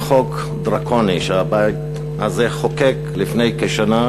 חוק דרקוני שהבית הזה חוקק לפני כשנה,